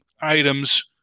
items